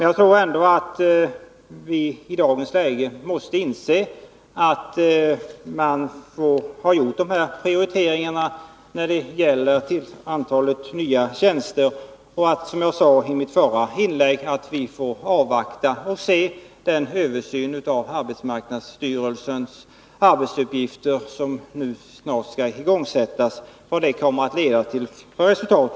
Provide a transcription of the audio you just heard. Jag tror dock att vi i dagens läge måste göra vissa prioriteringar när det gäller nya tjänster och att vi, som jag sade i mitt förra inlägg, får avvakta och se vilket resultat den översyn av arbetsmarknadsstyrelsens arbetsuppgifter som snart skall igångsättas kommer att leda till.